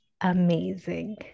amazing